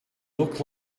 look